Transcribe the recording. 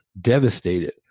devastated